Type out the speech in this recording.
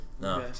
No